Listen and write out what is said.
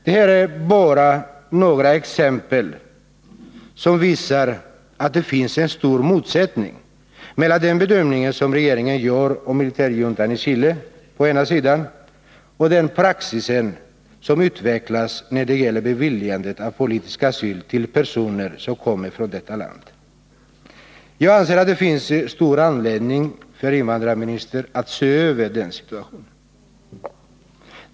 Det här är bara några exempel som visar att det finns en stor motsättning mellan den bedömning som regeringen gör av militärjuntan i Chile å ena sidan, och å andra sidan den praxis som utvecklas när det gäller beviljandet av ansökningar om politisk asyl från personer som kommer från detta land. Jag anser att det finns stor anledning för invandrarministern att se över denna situation.